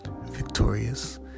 victorious